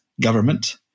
government